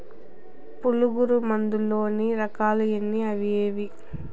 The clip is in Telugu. పులుగు మందు లోని రకాల ఎన్ని అవి ఏవి?